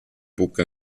buca